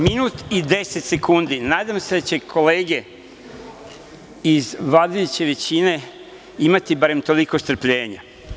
Minut i 10 sekundi, nadam se da će kolege iz vladajuće većine imati barem toliko strpljenja.